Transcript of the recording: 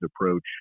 approach